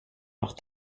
leurs